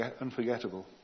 unforgettable